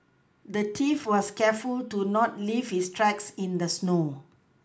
the thief was careful to not leave his tracks in the snow